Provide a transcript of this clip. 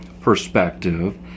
perspective